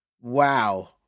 Wow